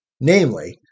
namely